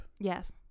Yes